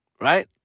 Right